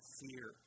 fear